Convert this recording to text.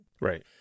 Right